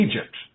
Egypt